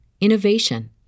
innovation